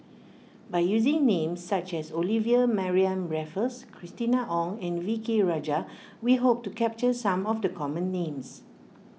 by using names such as Olivia Mariamne Raffles Christina Ong and V K Rajah we hope to capture some of the common names